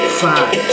five